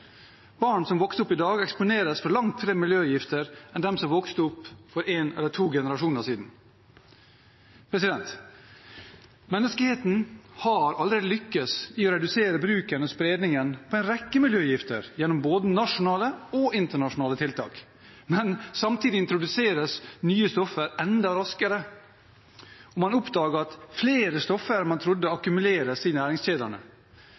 Barn som vokser opp i dag, eksponeres for langt flere miljøgifter enn de som vokste opp for én eller to generasjoner siden. Menneskeheten har allerede lyktes i å redusere bruken og spredningen av en rekke miljøgifter gjennom både nasjonale og internasjonale tiltak. Men samtidig introduseres nye stoffer enda raskere. Man oppdager at flere stoffer enn man trodde, akkumuleres i næringskjedene.